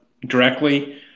directly